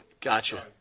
Gotcha